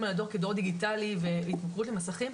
על הדור כדור דיגיטלי והתמכרות למסכים,